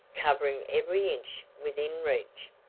covering every inch within reach.